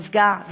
נפגעים,